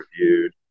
reviewed